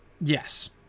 Yes